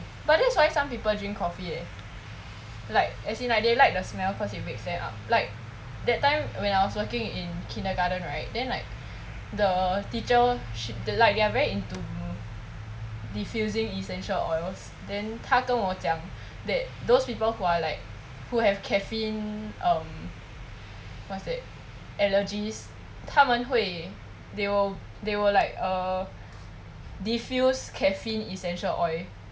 but that's why some people drink coffee eh like as in like they like the smell because it wakes them up like that time when I was working in kindergarten right then like the teacher she they like are very into diffusing essential oils then 他跟我讲 that those people who are like who have caffeine um what's that allergies 他们会 they will they will like err diffuse caffeine essential oil